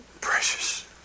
Precious